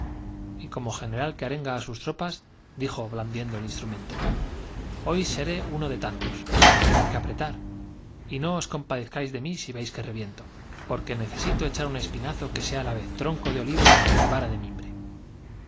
y como general que ar engaá sus tropas dijo diendo el instrumento hoy seré uno de tantos hay que apretar y no os compadezcáis de mí si veis que reviento porque necesito echar un espinazo que sea á la vez tronco de olivo y vara de mimbre